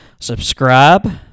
subscribe